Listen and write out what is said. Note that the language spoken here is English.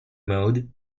mode